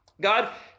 God